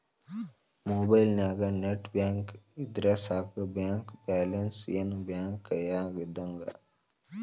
ಮೊಬೈಲ್ನ್ಯಾಗ net banking ಇದ್ರ ಸಾಕ ಬ್ಯಾಂಕ ಬ್ಯಾಲೆನ್ಸ್ ಏನ್ ಬ್ಯಾಂಕ ಕೈಯ್ಯಾಗ ಇದ್ದಂಗ